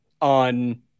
on